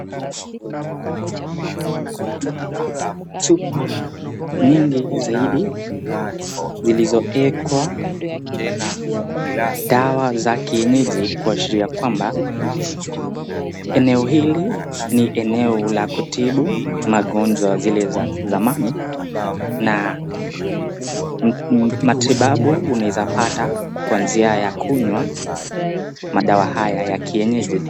Naona chupa mingi zaidi zilizowekwa dawa za kienyeji kuashiria kwamba eneo hili ni eneo la kutibu magonjwa zile za zamani na matibabu unaweza pata kwa njia ya kunywa madawa haya ya kienyeji.